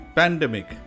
pandemic